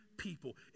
people